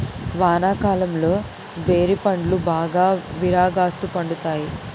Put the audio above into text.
వానాకాలంలో బేరి పండ్లు బాగా విరాగాస్తు పండుతాయి